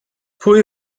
pwy